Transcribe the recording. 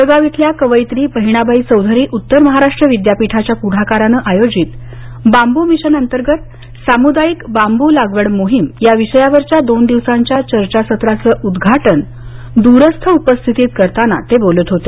जळगाव इथल्या कवयित्री बहिणाबाई चौधरी उत्तर महाराष्ट्र विद्यापीठाच्या पुढाकाराने आयोजित बांबू मिशनअंतर्गत सामुदायिक बांबू लागवड मोहीम या विषयावरच्या दोन दिवसांच्या चर्चासत्राचं उद्वाटन द्रस्थ उपस्थितीत करताना ते बोलत होते